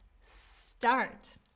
start